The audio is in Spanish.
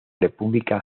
república